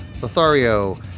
Lothario